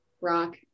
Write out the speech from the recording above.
Rock